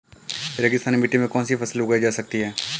रेगिस्तानी मिट्टी में कौनसी फसलें उगाई जा सकती हैं?